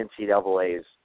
NCAA's